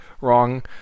Wrong